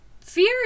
fear